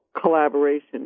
collaboration